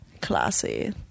Classy